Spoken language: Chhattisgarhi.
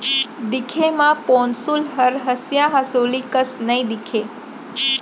दिखे म पौंसुल हर हँसिया हँसुली कस नइ दिखय